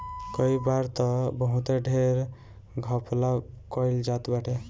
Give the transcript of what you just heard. कई बार तअ बहुते ढेर घपला कईल जात बाटे